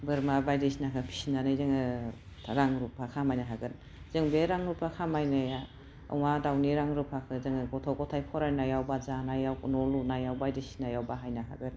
बोरमा बायदिसिनाखो फिसिनानै जोङो रां रुफा खामायनो हागोन जों बे रां रुफा खामायनाया अमा दाउनि रां रुपाखौ जोङो गथ' ग'थाइ फरायनायाव बा जानायाव न' लुनायाव बायदिसिनायाव बाहायनो हागोन